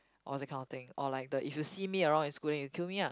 all that kind of thing or like the if you see me around in school then you kill me lah